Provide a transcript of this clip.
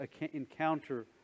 encounter